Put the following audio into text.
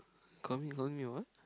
call me calling me a what